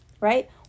right